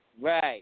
right